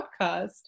podcast